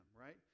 right